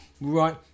right